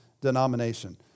denomination